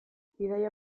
bidaia